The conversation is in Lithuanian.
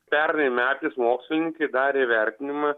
pernai metais mokslininkai darė vertinimą